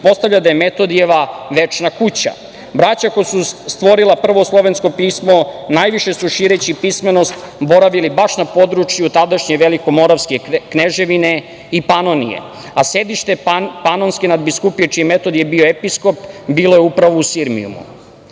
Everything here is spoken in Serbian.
pretpostavlja da je Metodijeva večna kuća. Braća koja su stvorila prvo slovensko pismo najviše su, šireći pismenost, boravili baš na području tadašnje Velikomoravske kneževine i Panonije, a sedište Panonske nadbiskupije, čiji je Metodije bio episkop, bilo je upravo u Sirmijumu. Slovenska